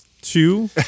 two